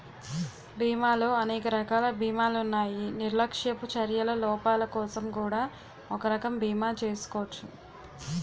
బీమాలో అనేక రకాల బీమాలున్నాయి నిర్లక్ష్యపు చర్యల లోపాలకోసం కూడా ఒక రకం బీమా చేసుకోచ్చు